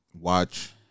watch